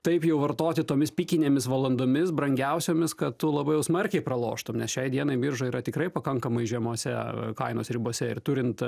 taip jau vartoti tomis pikinėmis valandomis brangiausiomis kad tu labai smarkiai praloštum nes šiai dienai biržoj yra tikrai pakankamai žemose kainos ribose ir turint